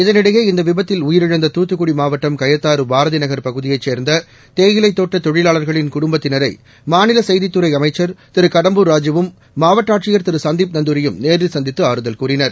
இதனிடையே இந்த விபத்தில் உயிரிழந்த துத்துக்குடி மாவட்டம் கயத்தாறு பாரதிநகர் பகுதியைச் சேர்ந்த தேயிலைத் தோட்ட தொழிலாளா்களின் குடும்பத்தினரை மாநில செய்தித்துறை அமைச்ச் திரு கடம்பூர் ராஜுவும் மாவட்ட ஆட்சியர் திரு சந்தீப் நந்தூரியும் நேரில் சந்தித்து அறுதல் கூறினர்